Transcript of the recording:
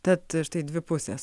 tad štai dvi pusės